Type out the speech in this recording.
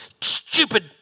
stupid